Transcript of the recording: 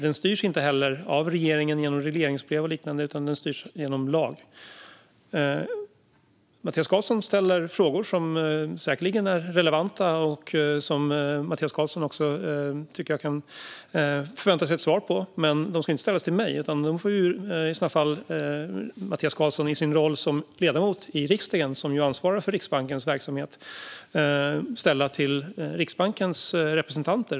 Den styrs inte heller av regeringen, genom regleringsbrev eller liknande, utan genom lag. Mattias Karlsson ställer frågor som säkerligen är relevanta och som han också kan förvänta sig svar på. Men de ska inte ställas till mig, utan Mattias Karlsson får i sin roll som ledamot av riksdagen, som ju ansvarar för Riksbankens verksamhet, ställa dem till Riksbankens representanter.